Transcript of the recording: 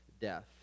death